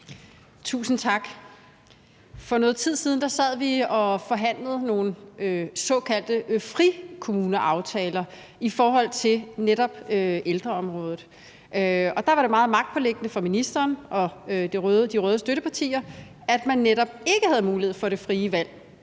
Tusind tak. For noget tid siden sad vi og forhandlede nogle såkaldte frikommuneaftaler på ældreområdet, og der var det meget magtpåliggende for ministeren og de røde støttepartier, at der netop ikke var mulighed for at have et